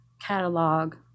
catalog